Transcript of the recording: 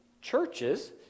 churches